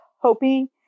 hoping